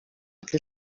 que